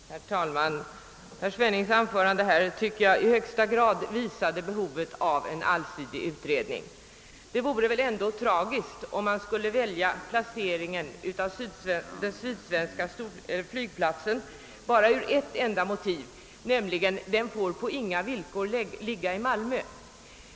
Herr talman! Herr Svennings anförande här tycker jag i högsta grad visade behovet av en allsidig utredning. Det vore väl ändå tragiskt, om man skulle välja placeringen av den sydsvenska flygplatsen bara med ett enda motiv, nämligen att den på inga villkor får ligga i Malmö.